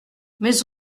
mais